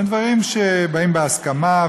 הם דברים שבאים בהסכמה,